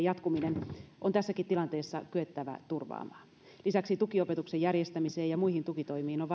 jatkuminen on tässäkin tilanteessa kyettävä turvaamaan lisäksi tukiopetuksen järjestämiseen ja muihin tukitoimiin on